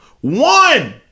one